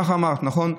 ככה אמרת, נכון?